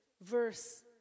verse